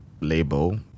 label